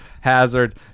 hazard